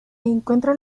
encuentra